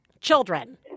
children